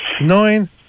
Nine